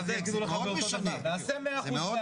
זה מאוד משנה,